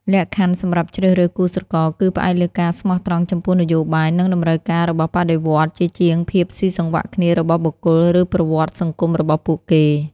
លក្ខខណ្ឌសម្រាប់ជ្រើសរើសគូស្រករគឺផ្អែកលើការស្មោះត្រង់ចំពោះនយោបាយនិងតម្រូវការរបស់បដិវត្តន៍ ជាជាងភាពស៊ីសង្វាក់គ្នារបស់បុគ្គលឬប្រវត្តិសង្គមរបស់ពួកគេ។